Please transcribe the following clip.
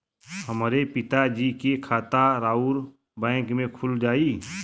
हमरे पिता जी के खाता राउर बैंक में खुल जाई?